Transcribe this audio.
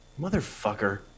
Motherfucker